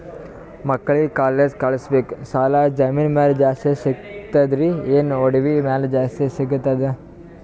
ಮಕ್ಕಳಿಗ ಕಾಲೇಜ್ ಕಳಸಬೇಕು, ಸಾಲ ಜಮೀನ ಮ್ಯಾಲ ಜಾಸ್ತಿ ಸಿಗ್ತದ್ರಿ, ಏನ ಒಡವಿ ಮ್ಯಾಲ ಜಾಸ್ತಿ ಸಿಗತದ?